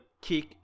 kick